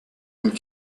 and